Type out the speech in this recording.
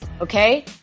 okay